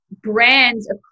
Brands